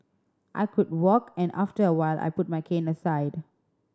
I could walk and after a while I put my cane aside